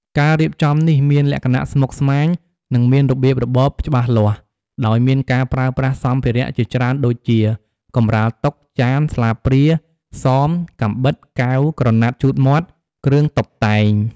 ការរៀបចំនេះមានលក្ខណៈស្មុគស្មាញ និងមានរបៀបរបបច្បាស់លាស់ ដោយមានការប្រើប្រាស់សម្ភារៈជាច្រើនដូចជា កម្រាលតុ ចាន ស្លាបព្រា សម កាំបិត កែវ ក្រណាត់ជូតមាត់ គ្រឿងតុបតែង។